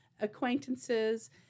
acquaintances